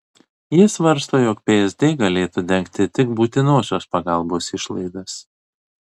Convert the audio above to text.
ji svarsto jog psd galėtų dengti tik būtinosios pagalbos išlaidas